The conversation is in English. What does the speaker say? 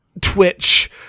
Twitch